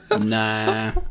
Nah